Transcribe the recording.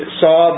saw